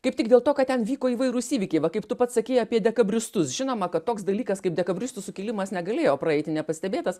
kaip tik dėl to kad ten vyko įvairūs įvykiai va kaip tu pats sakei apie dekabristus žinoma kad toks dalykas kaip dekabristų sukilimas negalėjo praeiti nepastebėtas